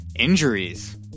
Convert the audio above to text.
Injuries